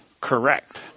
correct